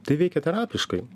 tai veikia terapiškai